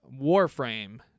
Warframe